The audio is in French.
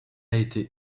été